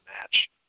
match